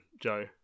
Joe